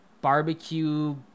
barbecue